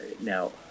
now